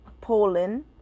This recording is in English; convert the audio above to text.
Poland